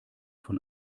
von